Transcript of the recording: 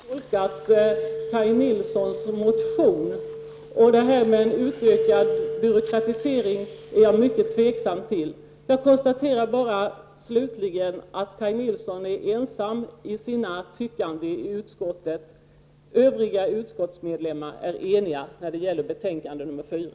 Herr talman! Jag har endast tolkat Kaj Nilssons motion och jag vill än en gång uttrycka min tveksamhet till utökad byråkratisering. Jag konstaterar slutligen att Kaj Nilsson är ensam i utskottet om sina tyckanden. Övriga utskottsledamöter är eniga när det gäller betänkande nr 4.